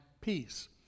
peace